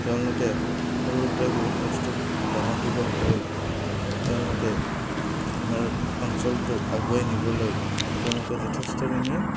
তেওঁলোকে সৰু সৰুৰ পৰাই বহুত কষ্টত ডাঙৰ দীঘল হৈ তেওঁলোকে আমাৰ অঞ্চলটোক আগুৱাই নিবলৈ তেওঁলোকে যথেষ্টখিনি